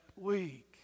week